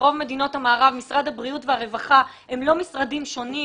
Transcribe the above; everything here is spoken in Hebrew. ברוב מדינות המערב משרד הבריאות והרווחה הם לא משרדים שונים,